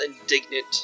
indignant